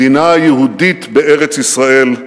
מדינה יהודית בארץ ישראל,